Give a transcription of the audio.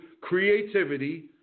creativity